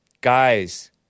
Guys